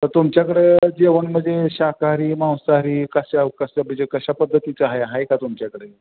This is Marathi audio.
तर तुमच्याकडं जेवण म्हणजे शाकाहारी मांसाहारी कशा कशा म्हणजे कशा पद्धतीचा आहे आहे का तुमच्याकडे